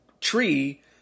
tree